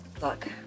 look